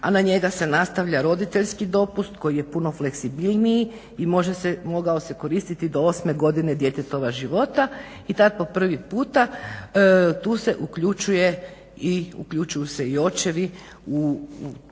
a na njega se nastavlja roditeljski dopust koji je puno fleksibilniji i mogao se koristiti do osme godine djetetova života i tad po prvi puta tu se uključuje i uključuju se i očevi u